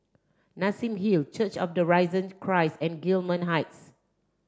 Nassim Hill Church of the Risen Christ and Gillman Heights